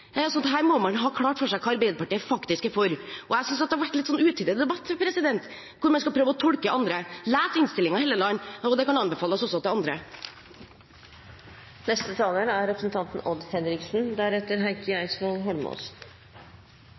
det klart tidligere i dag: Vi er skeptiske til vill fornøyelseskjøring. Vi er for nyttekjøring. Så her må man ha klart for seg hva Arbeiderpartiet faktisk er for. Jeg synes det har vært en litt utidig debatt, hvor man har prøvd å tolke andre, og at Hofstad Helleland heller bør lese innstillingen. Det kan også anbefales andre.